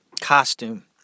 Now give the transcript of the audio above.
Costume